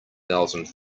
thousand